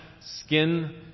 skin